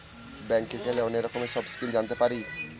ব্যাঙ্কে গেলে অনেক রকমের সব স্কিম জানতে পারি